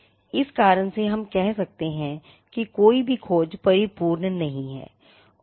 इस कारण से हम कहते हैं कि कोई भी खोज परिपूर्ण नहीं है